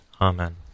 Amen